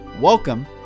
Welcome